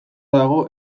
dago